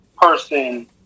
person